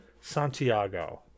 Santiago